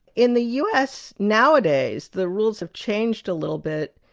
in the us nowadays, the rules have changed a little bit.